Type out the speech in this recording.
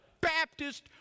Baptist